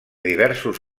diversos